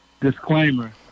Disclaimer